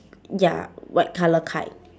ya white colour kite